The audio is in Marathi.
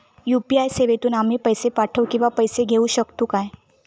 यू.पी.आय सेवेतून आम्ही पैसे पाठव किंवा पैसे घेऊ शकतू काय?